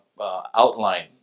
outline